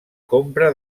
compra